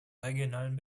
regionalen